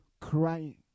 crying